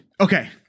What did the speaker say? Okay